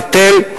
היטל,